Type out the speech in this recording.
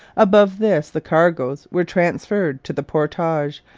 above this the cargoes were transferred to the portage,